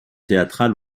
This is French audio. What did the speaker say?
théâtral